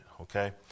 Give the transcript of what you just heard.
Okay